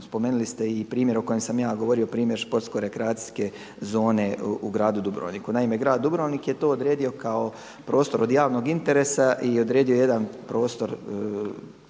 spomenuli ste i primjer o kojem sa ja govori, primjer športsko-rekreacijske zone u gradu Dubrovniku. Naime, grad Dubrovnik je to odredio kao prostor od javnog interesa i odredio je jedan prostor